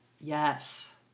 yes